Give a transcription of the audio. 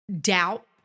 doubt